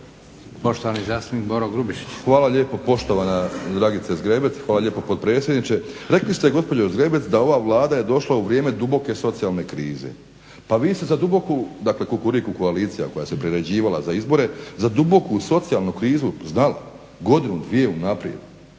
**Grubišić, Boro (HDSSB)** Hvala lijepo poštovana Dragice Zgrebec, hvala lijepo potpredsjedniče. Rekli ste gospođo Zgrebec da ova Vlada je došla u vrijeme duboke socijalne krize. Pa vi ste za duboku, dakle kukuriku koalicija koja se priređivala za izbore, za duboku socijalnu krizu znali godinu, dvije unaprijed.